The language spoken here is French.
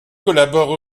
collabore